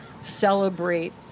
celebrate